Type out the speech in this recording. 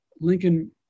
Lincoln